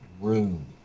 room